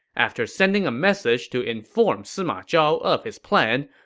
after sending a message to inform sima zhao of his plan,